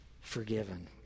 forgiven